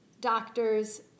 doctors